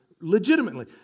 legitimately